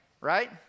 right